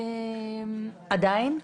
עדיין?